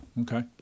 okay